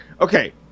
Okay